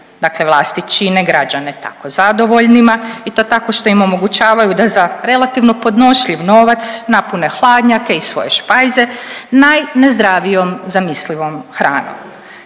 Dakle vlasti čine građane tako zadovoljnima i to tako što im omogućavaju da za relativno podnošljiv novac napune hladnjake i svoje špajze najnezdravijom nezamislivom hranom.